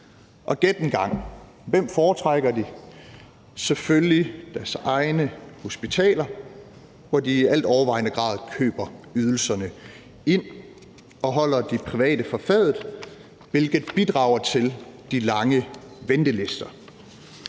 Og gæt engang, hvem de foretrækker. De foretrækker selvfølgelig deres egne hospitaler, hvor de i altovervejende grad køber ydelserne ind, hvilket holder de private fra fadet og bidrager til de lange ventelister.